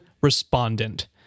respondent